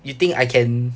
you think I can